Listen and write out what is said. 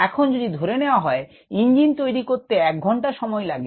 এখন যদি ধরে নেওয়া হয় ইঞ্জিন তৈরি করতে এক ঘন্টা সময় লাগে